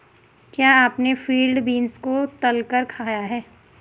क्या आपने field beans को तलकर खाया है?